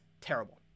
terrible